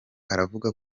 aravuga